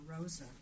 Rosa